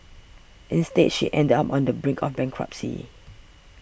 instead she ended up on the brink of bankruptcy